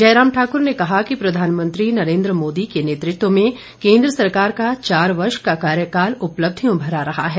जयराम ठाकुर ने कहा कि प्रधानमंत्री नरेन्द्र मोदी के नेतृत्व में केंद्र सरकार का चार वर्ष का कार्यकाल उपलब्धियों भरा रहा है